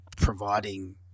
providing